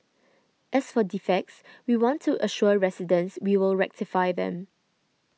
as for defects we want to assure residents we will rectify them